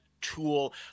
tool